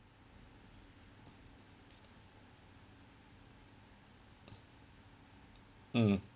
mm